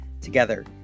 together